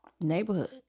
neighborhood